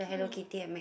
queue